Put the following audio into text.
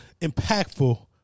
impactful